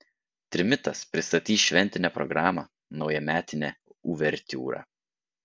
trimitas pristatys šventinę programą naujametinė uvertiūra